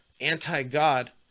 anti-God